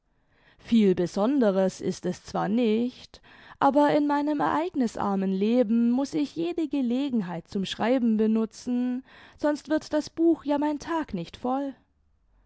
viel besonderes ist es zwar nicht aber in meinem ereignisarmen leben muß ich jede gelegenheit zum schreiben benutzen sonst wird das buch ja mein tag nicht voll